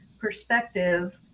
perspective